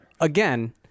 Again